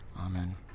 Amen